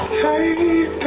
take